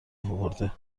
اورده